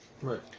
Right